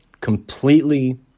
completely